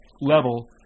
level